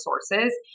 sources